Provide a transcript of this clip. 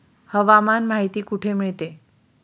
हवामान माहिती कुठे मिळते?